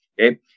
Okay